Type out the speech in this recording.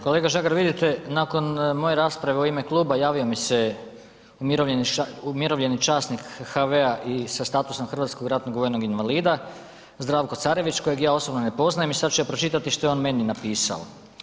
Kolega Žagar vidite nakon moje rasprave u ime kluba javio mi se umirovljeni časnik HV-a i sa statusom Hrvatskog ratnog vojnog invalida, Zdravko Carević, kojeg ja osobno ne poznajem i sad ću ja pročitati što je on meni napisao.